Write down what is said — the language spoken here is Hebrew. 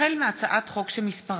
החל בהצעת חוק מס'